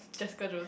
Jessica-Jone